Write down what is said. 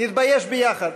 נתבייש ביחד,